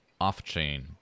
off-chain